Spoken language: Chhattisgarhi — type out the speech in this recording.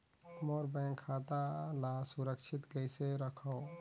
मोर बैंक खाता ला सुरक्षित कइसे रखव?